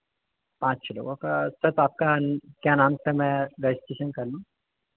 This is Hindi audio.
पाँच छः लोगों का सर तो आपका क्या नाम से मैं रजिस्ट्रेशन कर लूँ